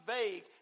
vague